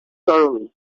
thoroughly